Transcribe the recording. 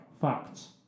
facts